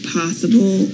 possible